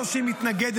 לא שהיא מתנגדת,